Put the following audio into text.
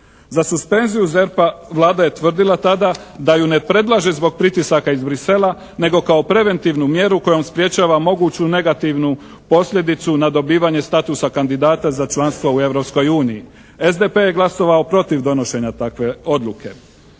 Za suspenziju ZERP-a Vlada je tvrdila tada da ju ne predlaže zbog pritisaka iz Bruxellesa nego kao preventivnu mjeru kojom sprječava moguću negativnu posljedicu na dobivanje statusa kandidata za članstvo u Europskoj uniji. SDP je glasovao protiv donošenja takve odluke.